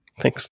Thanks